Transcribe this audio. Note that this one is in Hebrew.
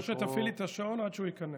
או שתפעיל לי את השעון עד שהוא ייכנס.